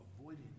avoiding